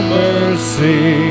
mercy